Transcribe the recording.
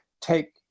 take